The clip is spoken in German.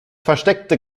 versteckte